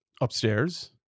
upstairs